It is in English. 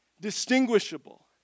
distinguishable